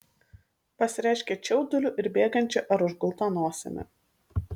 pasireiškia čiauduliu ir bėgančia ar užgulta nosimi